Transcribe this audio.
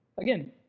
Again